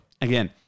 again